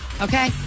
okay